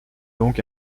donc